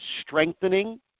strengthening